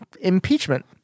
impeachment